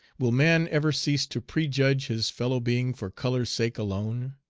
will man ever cease to prejudge his fellow-being for color's sake alone?